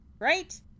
right